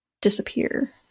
disappear